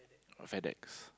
Fedex